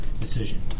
decision